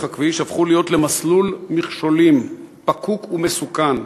הכביש הפכו אותו למסלול מכשולים פקוק ומסוכן.